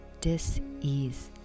dis-ease